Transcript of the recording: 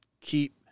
keep